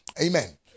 Amen